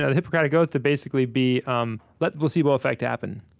ah hippocratic oath, to basically be um let placebo effect happen,